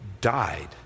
died